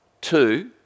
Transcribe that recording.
two